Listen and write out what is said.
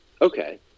Okay